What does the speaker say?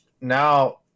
Now